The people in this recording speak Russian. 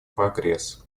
прогресс